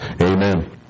Amen